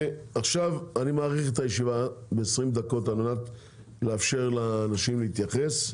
אני מאריך את הישיבה ב-20 דקות על מנת לאפשר לאנשים להתייחס.